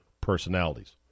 personalities